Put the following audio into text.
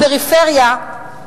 הפריפריה,